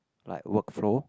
like workflow